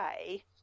okay